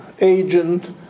agent